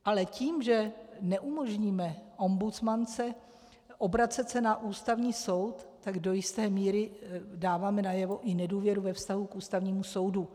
Ale tím, že neumožníme ombudsmance obracet se na Ústavní soud, tak do jisté míry dáváme najevo i nedůvěru k Ústavnímu soudu.